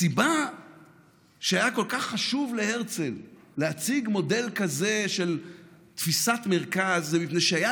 הסיבה שהיה כל כך חשוב להרצל להציג מודל כזה של תפיסת מרכז היא שהייתה